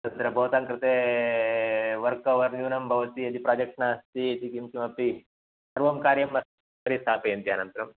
तत्र भवतां कृते वर्क् अवर् न्यूनं भवति यदि प्राजेक्ट् नास्ति इति किं किमपि सर्वं कार्यम् उपरि स्थापयन्ति अनन्तरम्